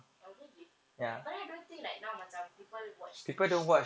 oh really but then I don't think like now macam people watch T_V